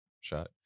shot